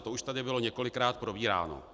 To už tady bylo několikrát probíráno.